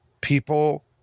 people